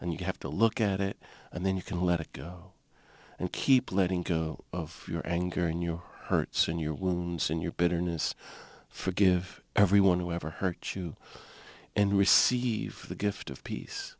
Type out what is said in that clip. and you have to look at it and then you can let it go and keep letting go of your anger and your hurts and your wounds and your bitterness forgive everyone who ever hurt you and receive the gift of peace